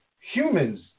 Humans